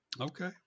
Okay